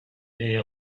les